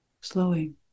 slowing